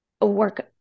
work